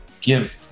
give